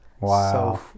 Wow